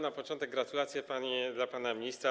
Na początek gratulacje dla pana ministra.